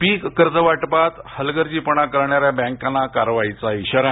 पीक कर्जवाटपात हलगर्जीपणा करणाऱ्या बँकांना कारवाईचा इशारा